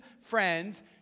friends